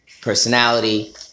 personality